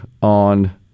on